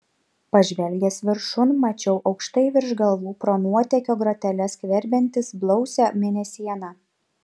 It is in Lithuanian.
pažvelgęs viršun mačiau aukštai virš galvų pro nuotėkio groteles skverbiantis blausią mėnesieną